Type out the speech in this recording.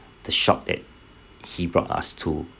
the shop that he brought us to